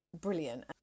brilliant